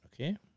okay